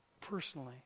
personally